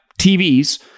TVs